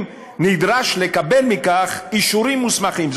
נדרש לקבל על כך אישורים מהגורמים המוסמכים,